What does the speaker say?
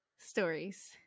stories